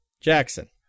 Jackson